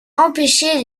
empêcher